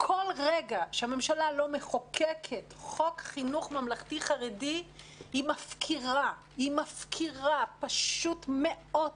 כל רגע שהממשלה לא מחוקקת חוק חינוך ממלכתי-חרדי היא מפקירה פשוט מאות